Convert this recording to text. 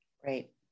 Great